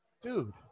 Dude